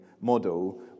model